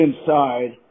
inside